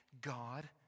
God